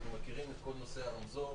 אנחנו מכירים את כל נושא הרמזור.